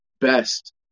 best